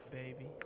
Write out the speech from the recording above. baby